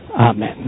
Amen